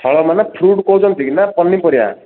ଫଳ ମାନେ ଫ୍ରୁଟ୍ କହୁଛନ୍ତି ନା ପନିପରିବା